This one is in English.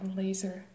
laser